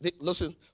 Listen